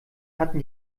hatten